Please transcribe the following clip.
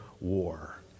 war